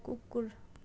कुकुर